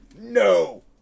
No